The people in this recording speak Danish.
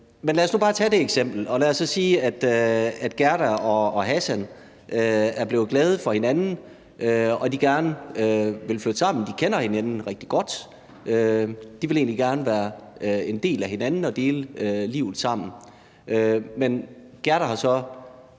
lad os nu bare tage det eksempel, og lad os så sige, at Gerda og Hassan er blevet glade for hinanden og gerne vil flytte sammen. De kender hinanden rigtig godt. De vil egentlig gerne være en del af hinanden og dele livet sammen. Men Gerda har så